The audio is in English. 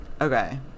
Okay